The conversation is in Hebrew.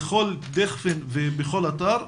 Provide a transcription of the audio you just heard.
לכל דיכפין ובכל אתר,